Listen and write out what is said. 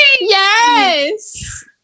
Yes